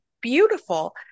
beautiful